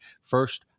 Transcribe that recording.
first